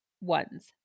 ones